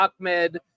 Ahmed